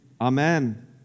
Amen